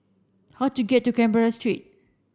how do get to Canberra Street